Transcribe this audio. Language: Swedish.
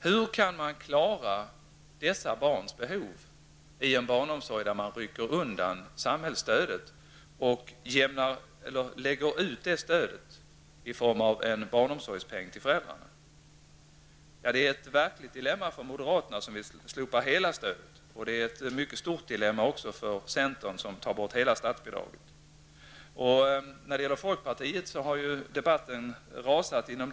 Hur kan man klara dessa barns behov i en barnomsorg, där man rycker undan samhällsstödet och lägger ut det stödet i form av en barnomsorgspeng till föräldrarna? Det är ett verkligt dilemma för moderaterna, som vill slopa hela stödet. Det är också ett mycket stort dilemma för centern som tar bort hela statsbidraget. Inom folkpartiet har debatten rasat.